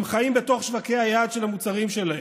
עם חיים בתוך שוקי היעד של המוצרים שלהם,